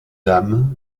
dames